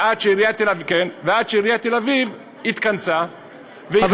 עד שעיריית תל-אביב התכנסה והחליטה,